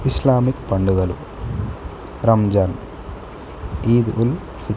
Islamic పండుగలు రంజాన్ ఈద్ ఉల్ఫిత